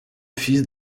fils